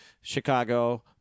Chicago